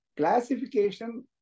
classification